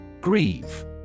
Grieve